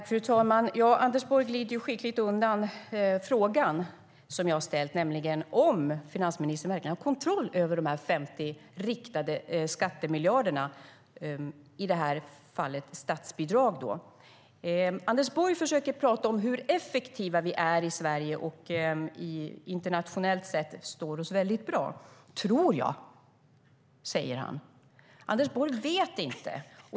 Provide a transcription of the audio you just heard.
Fru talman! Anders Borg glider skickligt undan den fråga jag ställt, nämligen om finansministern verkligen har kontroll över de 50 riktade skattemiljarderna, i det här fallet statsbidrag. Anders Borg försöker prata om hur effektiva vi är i Sverige. Internationellt sett står vi oss väldigt bra, tror han. Anders Borg vet inte.